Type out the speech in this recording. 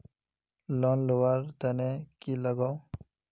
Loan लुवा र तने की लगाव?